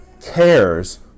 cares